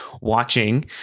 watching